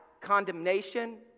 condemnation